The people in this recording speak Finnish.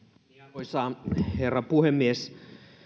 arvoisa herra puhemies